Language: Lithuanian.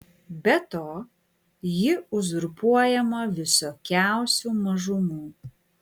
be to ji uzurpuojama visokiausių mažumų